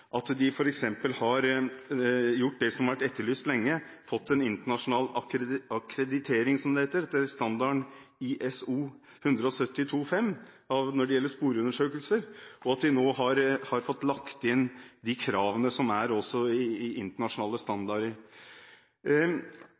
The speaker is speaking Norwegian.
det som har vært etterlyst lenge, og fått en internasjonal akkreditering, som det heter, etter standard ISO 17025 når det gjelder sporundersøkelser, og de har nå fått lagt inn de kravene som er internasjonale standarder. Vi burde også